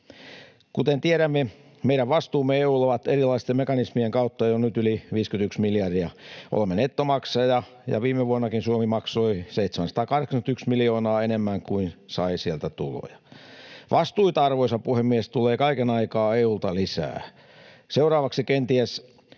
Kuten tiedämme, meidän vastuumme EU:lle ovat erilaisten mekanismien kautta jo nyt yli 51 miljardia. Olemme nettomaksaja, ja viime vuonnakin Suomi maksoi 781 miljoonaa enemmän kuin sai sieltä tuloja. Vastuita, arvoisa puhemies, tulee kaiken aikaa EU:lta lisää. Seuraavaksi kenties